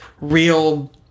real